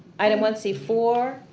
item one c four,